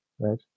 right